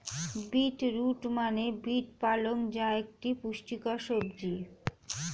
beet root মানে beet পালং যা একটি পুষ্টিকর সবজি